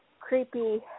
creepy